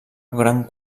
gran